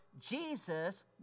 Jesus